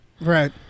Right